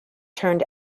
turned